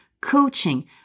coaching